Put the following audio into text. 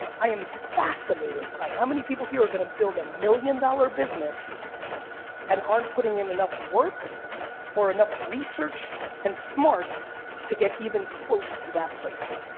i am fascinated by how many people here are gonna build a million dollar business and aren't putting in enough work or enough research and smarts to get even close to that place.